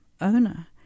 owner